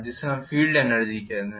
जिसे हम field energy कहते हैं